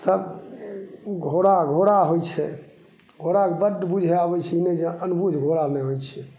सब घोड़ा घोड़ा होइ छै घोड़ाके बड्ड बुझै आबै छै ई नहि जे अनबुझ घोड़ा नहि होइ छै